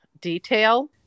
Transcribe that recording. detail